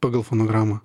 pagal fonogramą